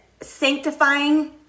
sanctifying